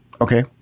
okay